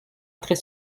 très